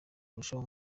kurushaho